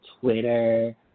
Twitter